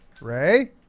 Ray